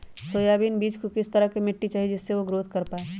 Soybean बीज को किस तरह का मिट्टी चाहिए जिससे वह ग्रोथ कर पाए?